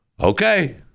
Okay